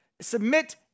submit